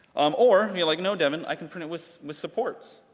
um or, you're like, no, devin, i can print it with with supports.